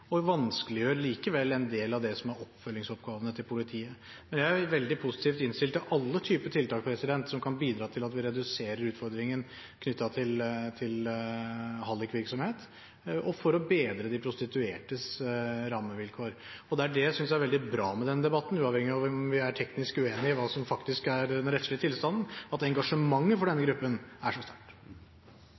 og vanskeliggjør likevel en del av det som er oppfølgingsoppgavene til politiet. Men jeg er veldig positivt innstilt til alle typer tiltak som kan bidra til at vi reduserer utfordringen knyttet til hallikvirksomhet, og for å bedre de prostituertes rammevilkår. Det synes jeg er veldig bra med denne debatten – uavhengig av om vi er teknisk uenig i hva som faktisk er den rettslige tilstanden – at engasjementet for denne gruppen er så sterkt.